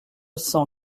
cent